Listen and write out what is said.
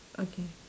okay